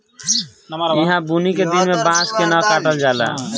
ईहा बुनी के दिन में बांस के न काटल जाला